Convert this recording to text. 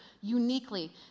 uniquely